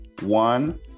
one